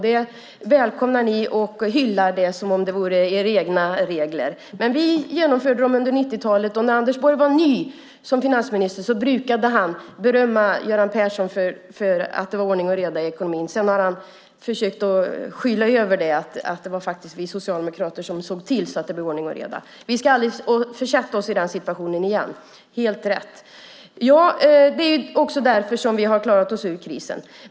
Det välkomnar ni och hyllar som om det vore era egna regler. Vi genomförde dem under 90-talet. När Anders Borg var ny som finansminister brukade han berömma Göran Persson för att det var ordning och reda i ekonomin. Sedan har han försökt att skyla över att det var vi socialdemokrater som såg till att det blev ordning och reda. Vi ska aldrig försätta oss i den situationen igen. Det är helt rätt. Det är också därför som vi har klarat oss ur krisen.